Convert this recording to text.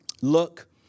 Look